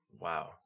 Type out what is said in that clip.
Wow